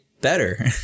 better